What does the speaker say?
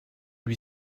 lui